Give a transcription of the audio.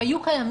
הם היו קיימים.